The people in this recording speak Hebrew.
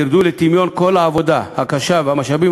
ירדו לטמיון כל העבודה הקשה והמשאבים